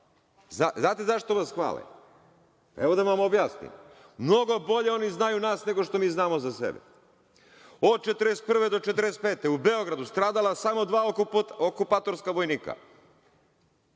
Znate zašto vas hvale? Evo, da vam objasnim – mnogo bolje oni znaju nas nego što mi znamo za sebe. Od 1941. do 1945. u Beogradu stradala samo dva okupatorska vojnika,